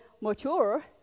mature